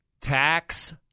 tax